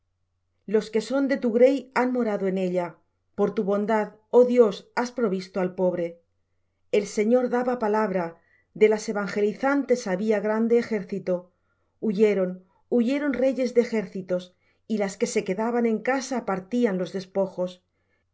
los que son de tu grey han morado en ella por tu bondad oh dios has provisto al pobre el señor daba palabra de las evangelizantes había grande ejército huyeron huyeron reyes de ejércitos y las que se quedaban en casa partían los despojos bien